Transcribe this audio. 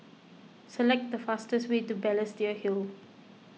select the fastest way to Balestier Hill